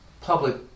public